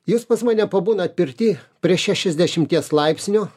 jūs pas mane pabūnat pirty prie šešiasdešimties laipsnių